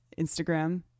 Instagram